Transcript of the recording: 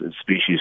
species